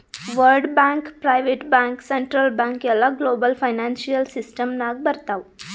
world bank, private bank, central bank ಎಲ್ಲಾ global financial system ನಾಗ್ ಬರ್ತಾವ್